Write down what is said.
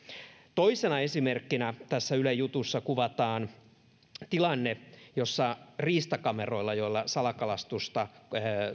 toisena esimerkkinä tässä ylen jutussa kuvataan tilanne jossa riistakamerat joilla joilla salakalastusta